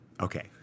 Okay